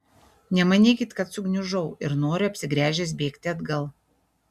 nemanykit kad sugniužau ir noriu apsigręžęs bėgti atgal